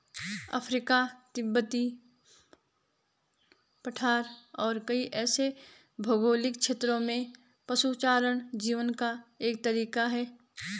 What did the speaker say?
Africa, तिब्बती पठार और कई ऐसे भौगोलिक क्षेत्रों में पशुचारण जीवन का एक तरीका है